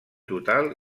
total